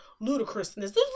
ludicrousness